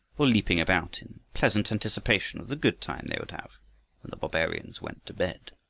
all leaping about in pleasant anticipation of the good time they would have when the barbarians went to bed.